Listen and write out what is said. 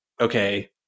okay